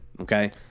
Okay